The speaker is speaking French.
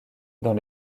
dans